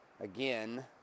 again